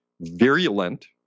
virulent